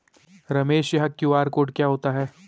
रमेश यह QR code क्या होता है?